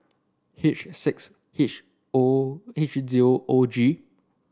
H six H O H zero O G